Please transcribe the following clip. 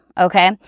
Okay